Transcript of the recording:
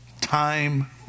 time